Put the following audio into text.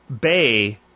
bay